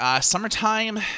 Summertime